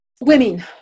women